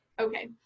Okay